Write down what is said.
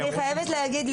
אני חייבת להגיד,